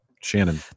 Shannon